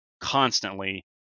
constantly